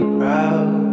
proud